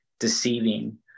deceiving